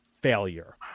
failure